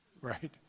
right